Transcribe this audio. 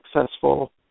successful